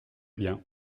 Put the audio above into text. bien